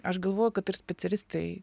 aš galvoju kad ir specialistai